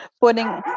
putting